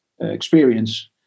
experience